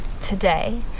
today